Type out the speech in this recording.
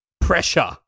pressure